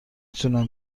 تونم